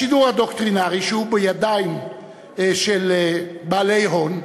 בשידור הדוקטרינרי, שהוא בידיים של בעלי הון,